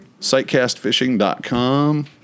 Sightcastfishing.com